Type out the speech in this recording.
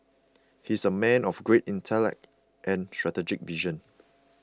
he is a man of great intellect and strategic vision